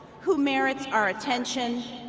who merits our attention,